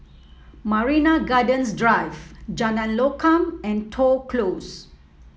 Marina Gardens Drive Jalan Lokam and Toh Close